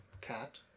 cat